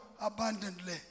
abundantly